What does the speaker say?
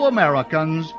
Americans